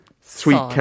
sweet